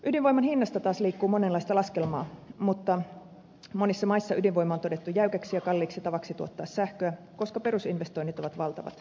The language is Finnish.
ydinvoiman hinnasta taas liikkuu monenlaista laskelmaa mutta monissa maissa ydinvoima on todettu jäykäksi ja kalliiksi tavaksi tuottaa sähköä koska perusinvestoinnit ovat valtavat